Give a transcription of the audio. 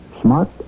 smart